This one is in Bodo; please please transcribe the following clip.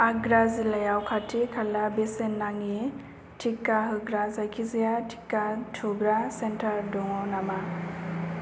आग्रा जिल्लायाव खाथि खाला बेसेन नाङि टिका होग्रा जायखिजाया टिका थुग्रा सेन्टार दङ नामा